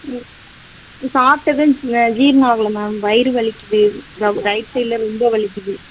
ம் ம் சாப்பிட்டதும் ஆ ஜீரணமாகலை மேம் வயிறு வலிக்குது ரைட் சைடில் ரொம்ப வலிக்குது